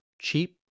cheap